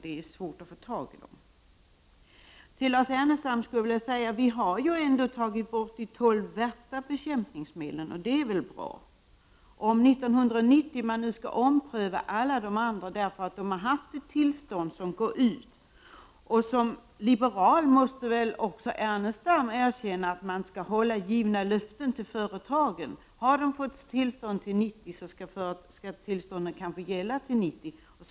Det är svårt att få tag i dem. Till Lars Ernestam skulle jag vilja säga att vi har tagit bort de tolv värsta bekämpningsmedlen, och det är väl bra. Frågan är om man nu skall ompröva alla andra som har tillstånd till 1990. Som liberal måste väl också Lars Ernestam erkänna att man skall hålla givna löften till företagen. Har de fått tillstånd till 1990 skall tillstånden gälla till 1990.